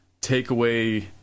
takeaway